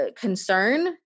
concern